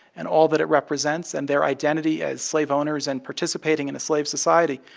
and all that it represents, and their identity as slave owners and participating in a slave society.